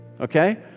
okay